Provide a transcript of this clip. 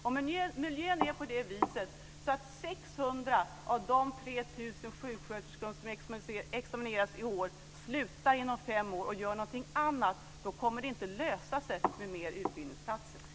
Om miljön ser ut på det viset att 600 av de 3 000 sjuksköterskor som utexamineras i år slutar inom fem år och gör något annat, då kommer det inte att lösa sig med mer utbildningsplatser.